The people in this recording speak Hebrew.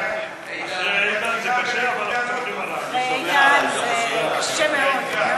אחרי איתן זה קשה, אבל אנחנו סומכים עלייך.